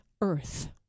earth